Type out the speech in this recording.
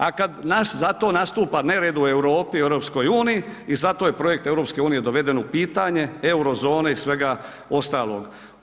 A kad nas za to nastupa nered u Europi, EU-u, i zato je projekt EU-a doveden u pitanje euro zone i svega ostalog.